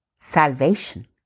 salvation